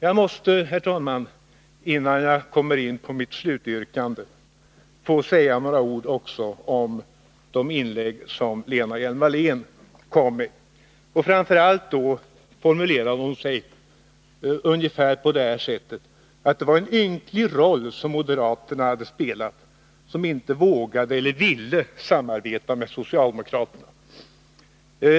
Jag måste, herr talman, innan jag kommer in på mitt slutyrkande, få säga några ord också om de inlägg som Lena Hjelm-Wallén har gjort. Framför allt formulerade hon sig på det här sättet: Det var en ynklig roll som moderaterna spelade som inte vågade eller inte ville samarbeta med socialdemokraterna.